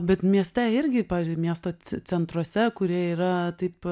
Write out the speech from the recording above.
bet mieste irgi pavyzdžiui miesto ce centruose kurie yra taip